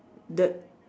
the